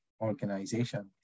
organization